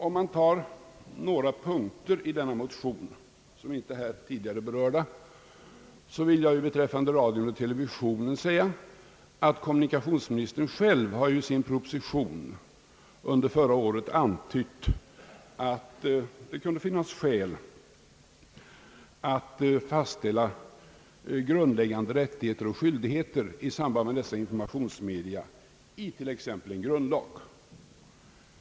Om man tar upp några punkter i denna motion som inte här tidigare är berörda vill jag beträffande radion och televisionen säga, att kommunikationsministern själv ju i sin proposition förra året har antytt att det kunde finnas skäl att fastställa grundläggande rättigheter och skyldigheter i samband med dessa informationsmedia i t.ex. en grundlag.